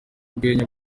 urwenya